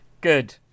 Good